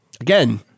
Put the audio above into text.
again